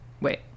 Wait